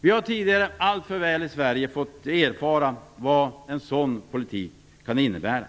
Vi har tidigare i Sverige alltför väl fått erfara vad en sådan politik kan innebära.